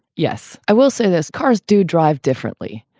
yes, i will say this. cars do drive differently